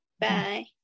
Bye